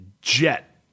jet